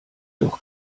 doch